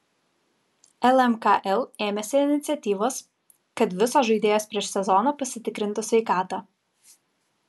lmkl ėmėsi iniciatyvos kad visos žaidėjos prieš sezoną pasitikrintų sveikatą